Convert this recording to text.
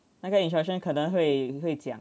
那个 instruction 可能会会讲